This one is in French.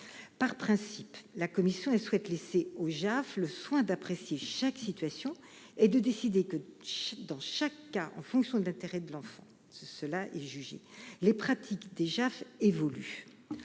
Par principe, la commission souhaite laisser au JAF le soin d'apprécier chaque situation et de décider dans chaque cas, en fonction de l'intérêt de l'enfant. C'est cela, juger ! Les pratiques des JAF évoluent.